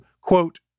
quote